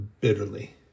bitterly